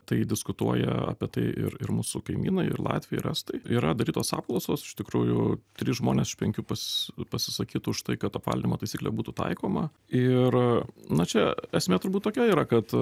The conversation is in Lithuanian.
tai diskutuoja apie tai ir ir mūsų kaimynai latviai ir estai yra darytos apklausos iš tikrųjų trys žmonės iš penkių pas pasisakytų už tai kad apvalymo taisyklė būtų taikoma ir na čia esmė turbūt tokia yra kad